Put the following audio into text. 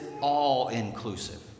all-inclusive